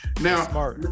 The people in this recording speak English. Now